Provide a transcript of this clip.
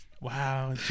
Wow